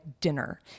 dinner